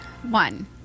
One